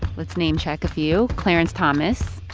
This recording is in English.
let's name-check a few clarence thomas,